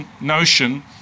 notion